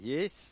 Yes